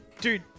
Dude